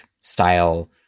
style